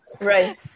Right